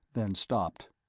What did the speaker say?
then stopped.